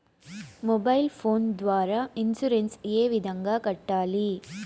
mobile phone ద్వారా insurance ఏ విధంగా కట్టాలి